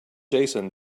jason